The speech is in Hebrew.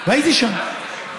והייתי שם.